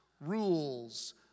rules